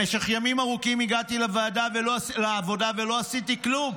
במשך ימים ארוכים הגעתי לעבודה ולא עשיתי כלום.